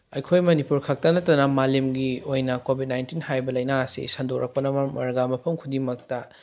ꯑꯩꯈꯣꯏ ꯃꯅꯤꯄꯨꯔ ꯈꯛꯇ ꯅꯠꯇꯅ ꯃꯥꯂꯦꯝꯒꯤ ꯑꯣꯏꯅ ꯀꯣꯕꯤꯠ ꯅꯥꯏꯟꯇꯤꯟ ꯍꯥꯏꯔꯤꯕ ꯂꯩꯅꯥ ꯑꯁꯤ ꯁꯟꯗꯣꯔꯛꯄꯅ ꯃꯔꯝ ꯑꯣꯏꯔꯒ ꯃꯐꯝ ꯈꯨꯗꯤꯡꯃꯛꯇ